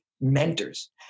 mentors